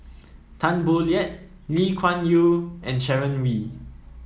Tan Boo Liat Lee Kuan Yew and Sharon Wee